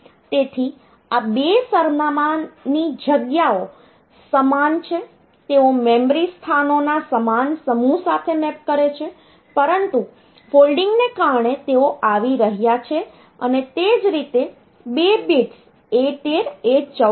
તેથી આ 2 સરનામાંની જગ્યાઓ સમાન છે તેઓ મેમરી સ્થાનોના સમાન સમૂહ સાથે મેપ કરે છે પરંતુ ફોલ્ડિંગને કારણે તેઓ આવી રહ્યા છે અને તે જ રીતે 2 બિટ્સ A13 A14 છે